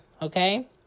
Okay